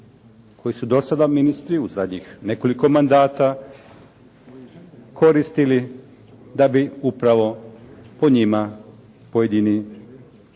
koji su do sada ministri u zadnjih nekoliko mandata koristili da bi upravo po njima pojedini